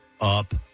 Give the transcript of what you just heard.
up